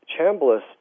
Chambliss